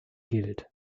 gilt